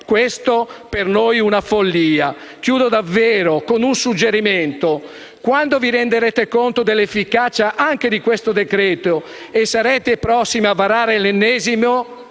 questa è una follia. Termino con un suggerimento. Quando vi renderete conto dell'inefficacia anche di questo decreto-legge e sarete prossimi a varare l'ennesimo,